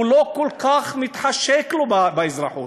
לא כל כך מתחשק לו אזרחות,